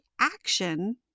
action